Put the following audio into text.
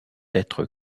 être